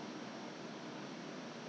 ah during